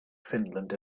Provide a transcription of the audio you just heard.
finland